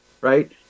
right